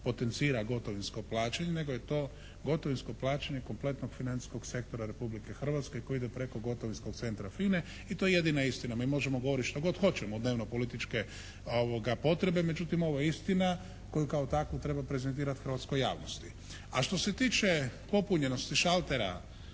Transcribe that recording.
potencira gotovinsko plaćanje nego je to gotovinsko plaćanje kompletnog financijskog sektora Republike Hrvatske koji ide preko gotovinskog centra FINA-e i to je jedina istina. Mi možemo govoriti što god hoćemo u dnevno političke potrebe međutim ovo je istina koju kao takvu treba prezentirati hrvatskoj javnosti. A što se tiče popunjenosti šaltera